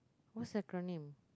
what's acronym